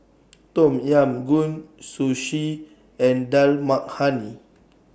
Tom Yam Goong Sushi and Dal Makhani